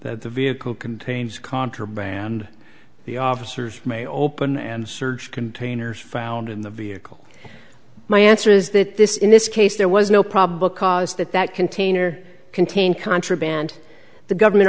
that the vehicle contains contraband the officers may open and search containers found in the vehicle my answer is that this in this case there was no probable cause that that container contained contraband the government